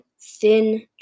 thin